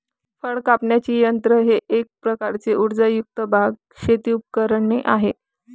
फळ कापण्याचे यंत्र हे एक प्रकारचे उर्जायुक्त बाग, शेती उपकरणे आहे